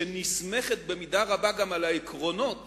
שנסמכת במידה רבה גם על העקרונות